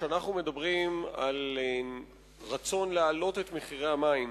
כשאנחנו מדברים על רצון להעלות את מחירי המים,